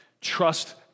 Trust